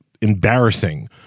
embarrassing